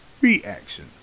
reaction